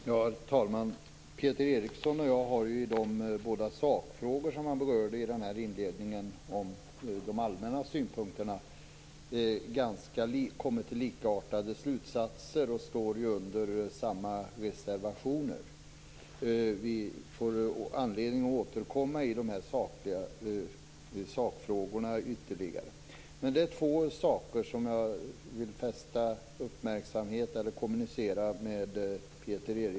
Herr talman! Peter Eriksson och jag har kommit till likartade slutsatser i de båda sakfrågor som han berörde i inledningen om de allmänna synpunkterna. Vi står ju under samma reservationer. Vi får anledning att ytterligare återkomma i sakfrågorna. Men det är två saker som jag vill kommunicera med Peter Eriksson om.